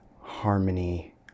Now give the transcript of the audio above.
Harmony